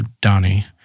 Donnie